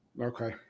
Okay